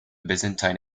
byzantine